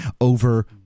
over